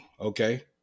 okay